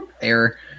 error